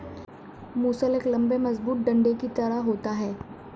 मूसल एक लम्बे मजबूत डंडे की तरह होता है